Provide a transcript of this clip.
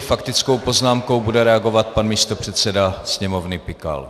Faktickou poznámkou bude reagovat pan místopředseda Sněmovny Pikal.